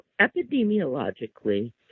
epidemiologically